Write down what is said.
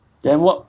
then what